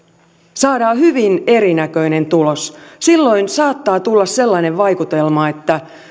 saadaan hyvin erinäköinen tulos silloin saattaa tulla sellainen vaikutelma että